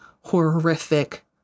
horrific